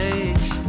age